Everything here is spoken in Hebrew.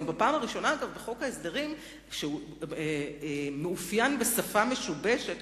חוק ההסדרים מאופיין בדרך כלל בשפה כוזבת ומשובשת.